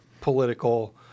political